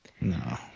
No